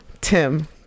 tim